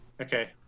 Okay